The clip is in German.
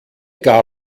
gar